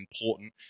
important